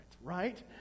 right